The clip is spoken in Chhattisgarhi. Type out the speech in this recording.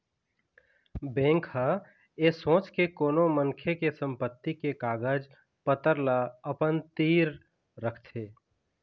बेंक ह ऐ सोच के कोनो मनखे के संपत्ति के कागज पतर ल अपन तीर रखथे